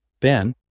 Ben